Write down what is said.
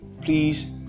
please